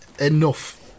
enough